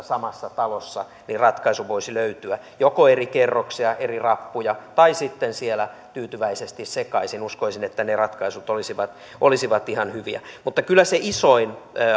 samassa talossa niin ratkaisu voisi löytyä joko eri kerroksia eri rappuja tai sitten siellä tyytyväisesti sekaisin uskoisin että ne ratkaisut olisivat olisivat ihan hyviä mutta kyllä se isoin